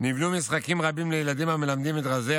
נבנו משחקים רבים לילדים המלמדים את רזי